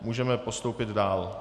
Můžeme postoupit dál.